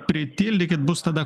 pritildykit bus tada